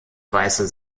weiße